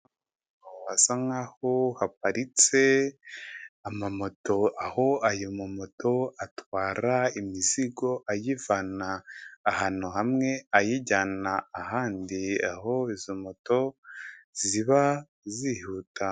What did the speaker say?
Hasa nkaho haparitse amamoto aho ayo ma moto atwara imizigo ayivana ahantu hamwe ayijyana ahandi aho izo moto ziba zihuta.